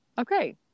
okay